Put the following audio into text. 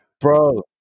Bro